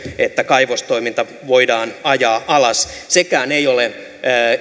kaivostoiminta voidaan ajaa alas sekään ei ole